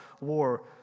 war